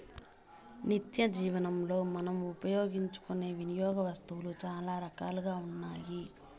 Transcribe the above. నిత్యజీవనంలో మనం ఉపయోగించుకునే వినియోగ వస్తువులు చాలా రకాలుగా ఉన్నాయి